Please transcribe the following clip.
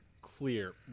clear